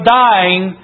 dying